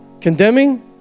condemning